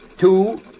Two